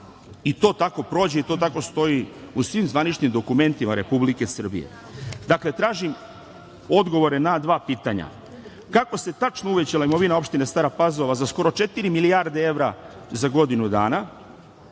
i to tako prođe i to tako stoji u svim zvaničnim dokumentima Republike Srbije. Dakle, tražim odgovore na dva pitanja kako se tačno uvećala imovina opštine Stara Pazova za skoro četiri milijarde evra za godinu dana?